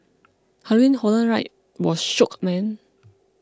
Halloween Horror Night was shook man